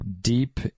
deep